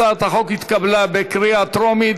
הצעת החוק התקבלה בקריאה טרומית,